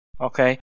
okay